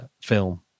film